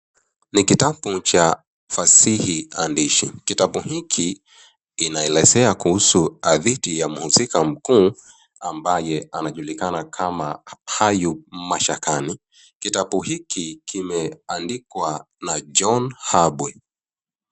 Ni kitabu cha fasihi hadishi. Kitabu hiki inaelezea kuhusu hadithi ya mhusika mkuu ambaye anajulikana kama Ayubu Mashakani. Kitabu hiki kimeandikwa na John Habwe.